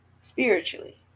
Spiritually